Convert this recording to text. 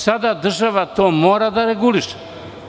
Sada država to mora da reguliše.